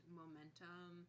momentum